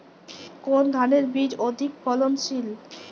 কোন ধানের বীজ অধিক ফলনশীল?